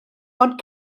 ond